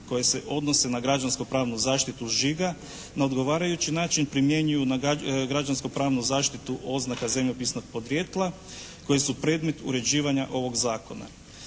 koje se odnose na građansko-pravnu zaštitu žiga na odgovarajući način primjenjuju na građansko-pravnu zaštitu oznaka zemljopisnog podrijetla koje su predmet uređivanja ovog zakona.